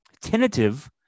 tentative